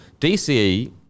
dce